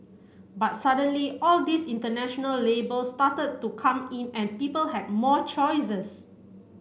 but suddenly all these international labels started to come in and people had more choices